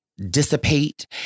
dissipate